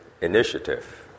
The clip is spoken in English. initiative